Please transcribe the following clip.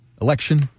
election